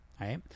right